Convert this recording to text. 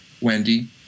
Wendy